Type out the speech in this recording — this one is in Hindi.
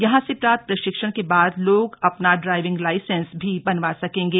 यहां से प्राप्त प्रशिक्षण के बाद लोग अपना ड्राइविंग लाइसेन्स भी बनवा सकेगें